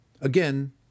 Again